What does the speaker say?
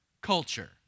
culture